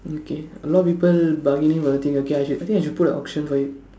okay a lot of people bargaining for the thing okay I should I should put an auction for it